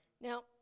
Now